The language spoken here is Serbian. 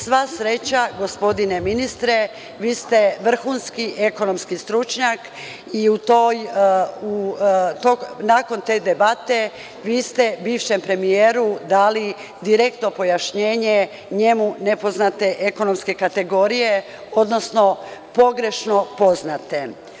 Sva sreća gospodine ministre, vi ste vrhunski ekonomski stručnjak i nakon te debate ste bivšem premijeru dali direktno pojašnjenje njemu nepoznate ekonomske kategorije, odnosno pogrešno poznate.